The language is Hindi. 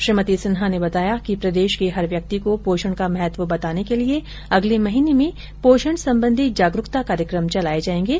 श्रीमती सिन्हा ने बताया कि प्रदेश के हर व्यक्ति को पोषण का महत्व बताने के लिए अगले महीने में पोषण सम्बन्धी जागरूकता कार्यक्रम चलाए जाएंगे